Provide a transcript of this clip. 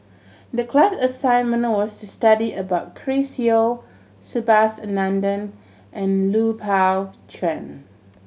the class assignment was to study about Chris Yeo Subhas Anandan and Lui Pao Chuen